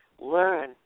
learn